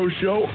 show